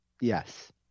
Yes